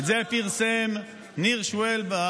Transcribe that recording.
את זה פרסם פרופ' ניר שוולב.